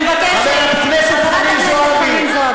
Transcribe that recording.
אני מבקשת, חברת הכנסת חנין זועבי.